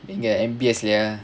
ya M_B_S ya